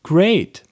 Great